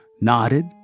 nodded